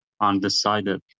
undecided